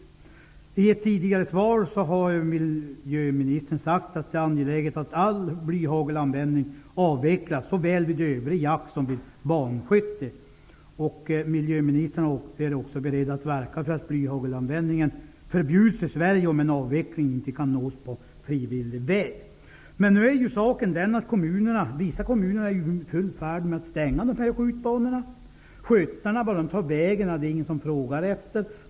I ett tidigare svar har miljöministern sagt att det är angeläget att all blyhagelanvändning avvecklas, såväl vid övrig jakt som vid banskytte. Miljöministern är också beredd att verka för att blyhagelanvändningen förbjuds i Sverige om en avveckling inte kan nås på frivillig väg. Nu är ju saken den att vissa kommuner är i full färd med att stänga dessa skjutbanor. Ingen frågar efter vart skyttarna tar vägen.